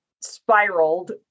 spiraled